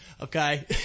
Okay